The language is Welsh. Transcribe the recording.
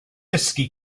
dysgu